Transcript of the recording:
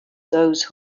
those